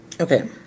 okay